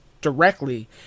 directly